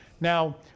Now